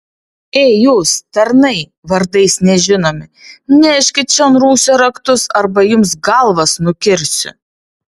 ei jūs tarnai vardais nežinomi neškit čion rūsio raktus arba jums galvas nukirsiu